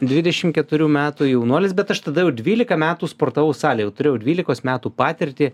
dvidešim keturių metų jaunuolis bet aš tada jau dvylika metų sportavau salėj jau turėjau dvylikos metų patirtį